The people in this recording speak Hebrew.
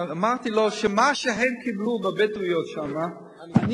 שמה שהם קיבלו לגבי הבדואיות הבנתי.